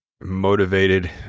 motivated